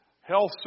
health